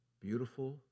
beautiful